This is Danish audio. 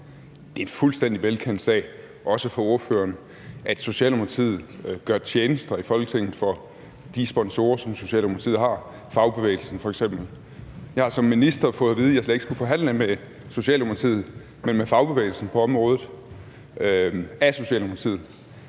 Det er en fuldstændig velkendt sag, også for ordføreren, at Socialdemokratiet gør tjenester i Folketinget for de sponsorer, som Socialdemokratiet har, fagbevægelsen f.eks. Jeg har som minister fået at vide af Socialdemokratiet, at jeg slet ikke skulle forhandle med Socialdemokratiet, men med fagbevægelsen på området. Så at Socialdemokratiet